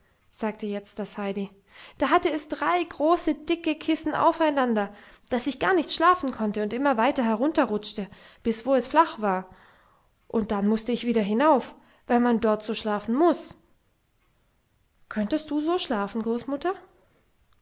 sagte jetzt das heidi da hatte es drei große dicke kissen aufeinander daß ich gar nicht schlafen konnte und immer weiter herunterrutschte bis wo es flach war und dann mußte ich wieder hinauf weil man dort so schlafen muß könntest du so schlafen großmutter